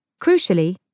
Crucially